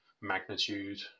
magnitude